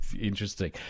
interesting